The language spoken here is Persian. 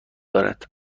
دارد